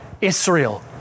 Israel